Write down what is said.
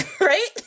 right